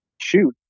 shoot